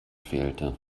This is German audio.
fehlte